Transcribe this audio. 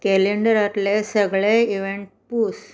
कॅलेंडरांतले सगळे इव्हेंट पूस